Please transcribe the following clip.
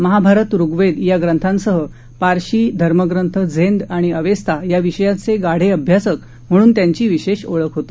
महाभारत ऋग्वेद या ग्रंथांसह पारशी धर्मग्रंथ झेद आणि अवेस्ता या विषयांचे गाढे अभ्यासक म्हणून त्यांची विशेष ओळख होती